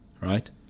right